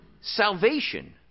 salvation